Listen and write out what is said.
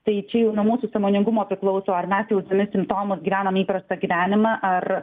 tai čia jau nuo mūsų sąmoningumo priklauso ar mes jausdami simptomus gyvenam įprastą gyvenimą ar